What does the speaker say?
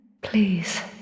Please